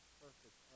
perfect